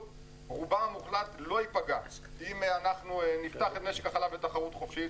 ורובם לא ייפגע אם נפתח את משק החלב לתחרות חופשית.